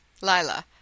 lila